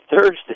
Thursday